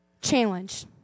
challenge